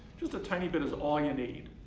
just a tiny bit is all you need.